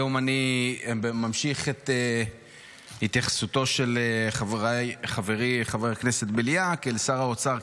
היום אני ממשיך את התייחסותו של חברי חבר הכנסת בליאק אל שר האוצר,